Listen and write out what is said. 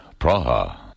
Praha